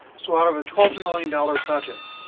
so out of a twelve million dollars budget